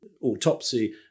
autopsy